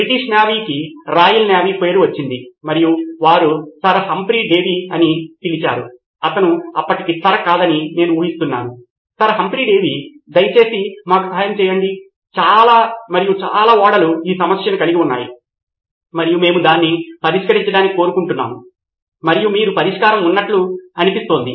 British నేవీకి Royal Navy పేరు అనే వచ్చింది మరియు వారు సర్ హంఫ్రీ డేవి అని పిలిచారు అతను అప్పటికి సర్ కాదని నేను ఊహిస్తున్నాను డాక్టర్ హంఫ్రీ డేవి దయచేసి మాకు సహాయం చెయ్యండి చాలా మరియు చాలా ఓడలు ఈ సమస్యను కలిగి ఉన్నాయి మరియు మేము దాన్ని పరిష్కరించడానికి కోరుకుంటున్నాము మరియు మీకు పరిష్కారం ఉన్నట్లు అనిపిస్తుంది